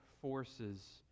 forces